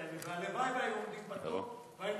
הלוואי והיו עומדים בתור והיינו,